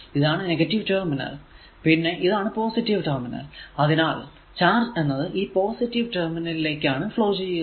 ഇതാണ് negative terminal പിന്നെ ഇതാണ് പോസിറ്റീവ് ടെർമിനൽ അതിനാൽ ചാർജ് എന്നത് ഈ പോസിറ്റീവ് ടെർമിനൽ ലേക്കാണ് ഫ്ലോ ചെയ്യുക